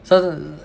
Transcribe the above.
some~